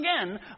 again